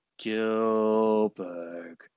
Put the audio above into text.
Gilbert